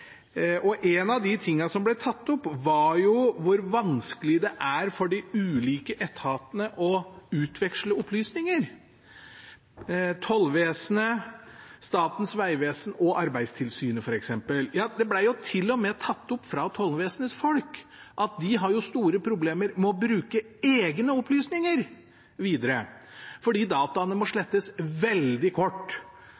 besøket. En av de tingene som ble tatt opp, var hvor vanskelig det er for de ulike etatene å utveksle opplysninger, f.eks. tollvesenet, Statens vegvesen og Arbeidstilsynet. Det ble til og med tatt opp fra tollvesenets folk at de har store problemer med å bruke egne opplysninger videre, fordi dataene må